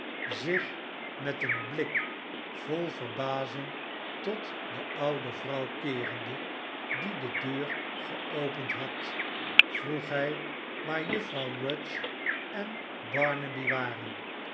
zich met een blik vol verbazing tot de oude vrouw keerende die de deur geopend had vroeg hij waar juffrouw rudge en barnaby waren